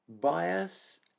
Bias